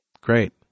Great